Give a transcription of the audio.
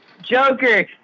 Joker